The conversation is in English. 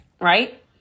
Right